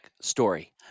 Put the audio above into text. story